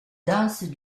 dense